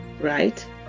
right